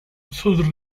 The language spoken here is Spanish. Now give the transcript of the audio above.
sus